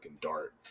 dart